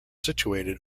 situated